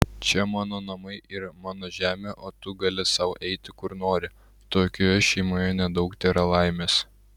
čia mano namai ir mano žemė o tu gali sau eiti kur nori tokioje šeimoje nedaug tėra laimės